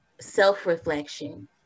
self-reflection